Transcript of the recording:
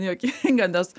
juokinga nes